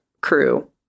crew